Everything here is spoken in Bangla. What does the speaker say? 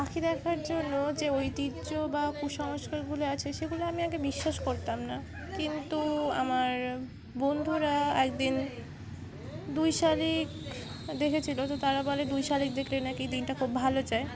পাখি দেখার জন্য যে ঐতিহ্য বা কুসংস্কারগুলি আছে সেগুলো আমি আগে বিশ্বাস করতাম না কিন্তু আমার বন্ধুরা একদিন দুই শালিক দেখেছিল তো তারা বলে দুই শালিক দেখলে নাকি দিনটা খুব ভালো চায়